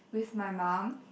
with my mum